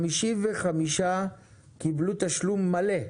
ה-55 קיבלו תשלום מלא?